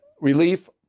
relief